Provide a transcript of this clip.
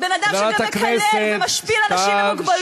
אדם שגם מקלל ומשפיל אנשים עם מוגבלות לא,